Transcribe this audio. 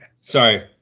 Sorry